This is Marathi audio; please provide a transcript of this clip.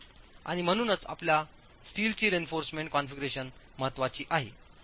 आणि म्हणूनच आपल्या स्टीलची रेइन्फॉर्समेंट कॉन्फिगरेशन महत्त्वाची आहे